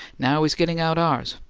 now he's getting out ours.